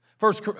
First